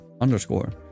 underscore